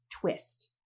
twist